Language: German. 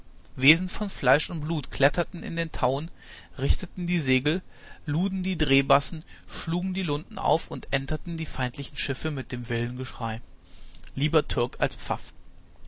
wesen von fleisch und blut kletterten in den tauen richteten die segel luden die drehbassen schlugen die lunten auf und enterten die feindlichen schiffe mit dem wilden geusenschrei lieber türk als pfaff